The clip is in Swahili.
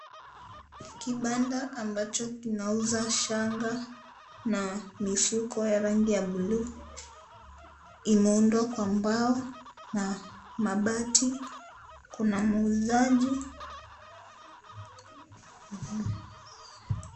Kibanda ambacho kinauza shanga na mifuko ya rangi ya bulu inaundwa kwa mbao na mabati. Kuna muuzaji.